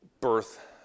birth